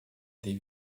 des